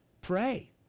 Pray